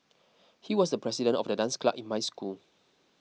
he was the president of the dance club in my school